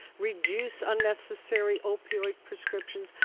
reduce unnecessary opioid prescriptions.